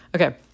Okay